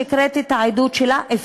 שהקראתי את העדות שלה,